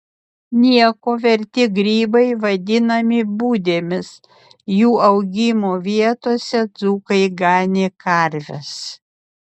nieko verti grybai vadinami budėmis jų augimo vietose dzūkai ganė karves